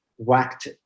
whacked